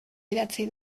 idatzi